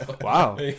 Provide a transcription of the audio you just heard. Wow